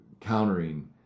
countering